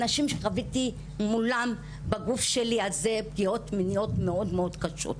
אנשים שחוויתי מולם בגוף שלי הזה פגיעות מיניות מאוד מאוד קשות.